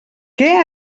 què